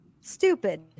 stupid